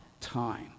time